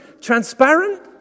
Transparent